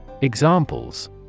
Examples